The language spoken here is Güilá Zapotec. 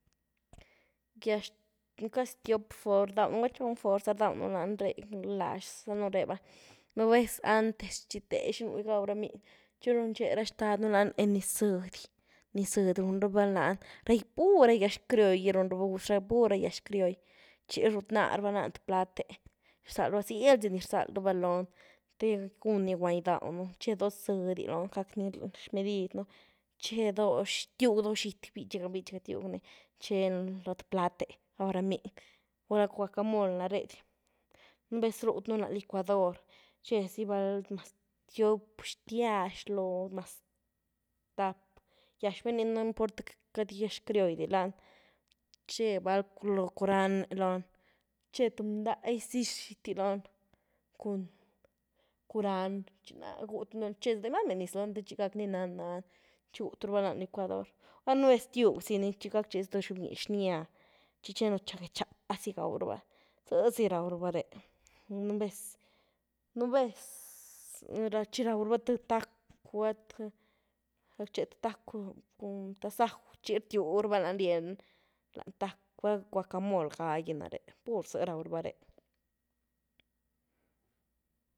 Gyax, cazy tiop form rdawnu gula xhon form za’ rdawnu lany re’ lax zanu re’va, nu’ vez antes xi te xinu’ gaw ra miny, xi runche ra xtad nu lany niz zëdy, niz zëdy run ra’va lany, pur ra gyax criolly gy run ra’va guz, pur ra’ gyax criolly, xi ru’th nah rava lany laán te plate’, rzal rava zëyly zy niz rzal raba lon, te guny guand ghydawnu txe do sëdy lony, gacni zhmedid un, txe doh, tiug do xity, bí’tchi ga, bí’tchi ga tiwgny, txeny lo te plate’ gaw ra miny, gula guacamoly nah rée, nu’ vez na, r’th nuny lany licuador, xe zy val, mas tiop xtiax loh mas tap gyax, val gyninu, no importa cat gyax criolly di lani, txe val looh curande lony, txe th bndagy zi xity loni, cun curand xi nal’ga gu’thnuny txe do’gy mame zy niz lony te txi gacni nahn nahn xi gut rabany lany licuador, gula nu’ vez tiugzy ni, xi gactxe zy ni th xyob giny xnya, xi txeny lo txag get nxaá zy gau raba, zëzy raw raba reé, nu’ vez, nu’ vez xi raw raba th tacwë, gula th, ractxe th tacwë cun tasajw xi rtiug raba lany rieny lany tacwë, gulá guacamol gagi nare’, pur zy ragw raba reé.